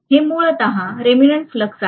हे मूलत remanent flux आहे